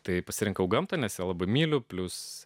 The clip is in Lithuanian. tai pasirinkau gamtą nes labai myliu plius